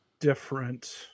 different